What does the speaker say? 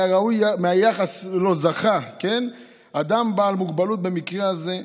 היה ראוי מהיחס שלו זכה אדם בעל מוגבלות במקרה הזה,